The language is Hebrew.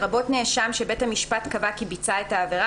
"הורשע" לרבות נאשם שבית המשפט קבע כי ביצע את העבירה,